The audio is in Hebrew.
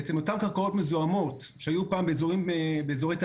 בעצם אותן קרקעות מזוהמות שהיו פעם באזורי תעשייה,